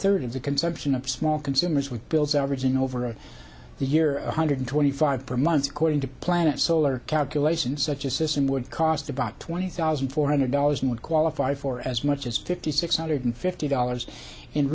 third of the consumption of small consumers with bills averaging over the year one hundred twenty five per month according to planet solar calculations such a system would cost about twenty thousand four hundred dollars and would qualify for as much as fifty six hundred fifty dollars in